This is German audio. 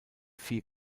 vier